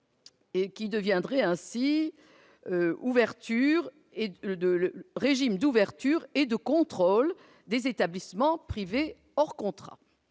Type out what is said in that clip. et mieux encadrer le régime d'ouverture et de contrôle des établissements privés hors contrat.